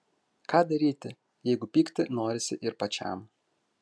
ką daryti jeigu pykti norisi ir pačiam